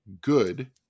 good